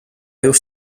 just